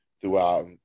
throughout